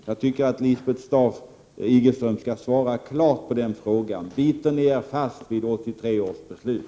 Jag tycker att Lisbeth Staaf-Igelström skall ge ett klart svar på den frågan: Håller ni fast vid 1983 års beslut?